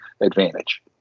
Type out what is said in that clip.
advantage